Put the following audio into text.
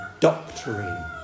doctrine